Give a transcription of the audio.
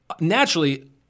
naturally